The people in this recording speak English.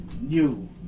New